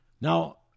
Now